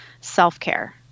self-care